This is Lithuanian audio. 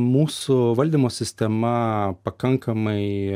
mūsų valdymo sistema pakankamai